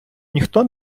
ніхто